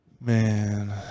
Man